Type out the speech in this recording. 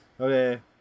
Okay